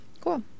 Cool